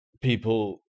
people